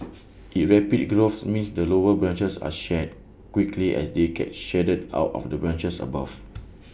its rapid growth means that lower branches are shed quickly as they get shaded out of the branches above